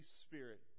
Spirit